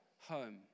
home